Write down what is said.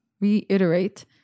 Reiterate